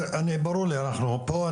ברור לי, אנחנו פה.